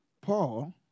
Paul